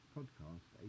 Podcast